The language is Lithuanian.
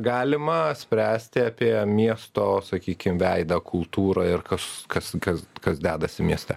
galima spręsti apie miesto sakykim veidą kultūrą ir kas kas kas kas dedasi mieste